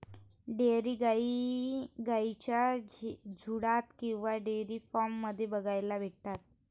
dairy गाई गाईंच्या झुन्डात किंवा डेयरी फार्म मध्ये बघायला भेटतात